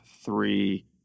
three